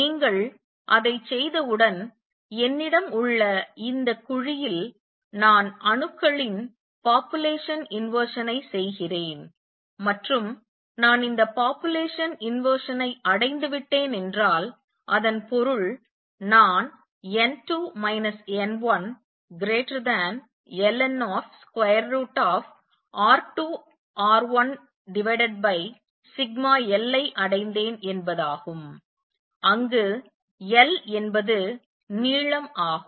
நீங்கள் அதை செய்தவுடன் என்னிடம் உள்ள இந்தக் குழியில் நான் அணுக்களின் population inversion ஐ செய்கிறேன் மற்றும் நான் இந்த population inversion ஐ அடைந்துவிட்டேன் என்றால் அதன் பொருள் நான் n2 n1ln√σL ஐ அடைந்தேன் என்பதாகும் அங்கு L என்பது நீளம் ஆகும்